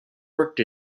worked